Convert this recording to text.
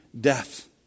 death